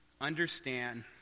understand